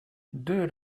deux